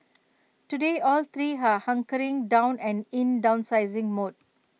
today all three are hunkering down and in downsizing mode